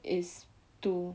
is two